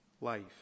life